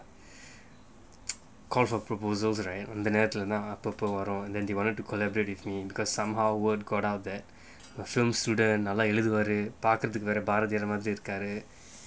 call for proposals right அந்த நேரத்தலத்தான் அப்பப்ப வரோம்:antha nerathalathaan appappa varom they wanted to collaborate with me because somehow word got out that a film student are like literary part பார்வையா இருப்பாரு:paarvaiyaa irupparu